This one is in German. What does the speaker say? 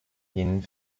ihnen